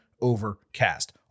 Overcast